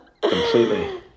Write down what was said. Completely